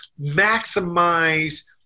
maximize